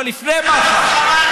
אבל לפני מח"ש,